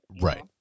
Right